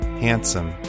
handsome